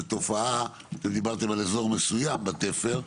אתם דיברתם על אזור מסוים בתפר,